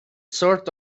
sort